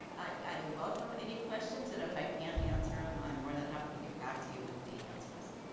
i welcome any questions and if i can't answer em, i'm more than happy to get back to you with the answers.